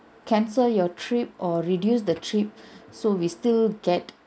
cancel your trip or reduce the trip so we still get